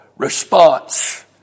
response